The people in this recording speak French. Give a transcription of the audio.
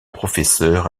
professeur